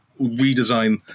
redesign